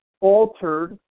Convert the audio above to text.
altered